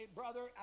brother